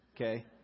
okay